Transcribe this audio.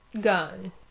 gun